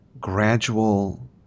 gradual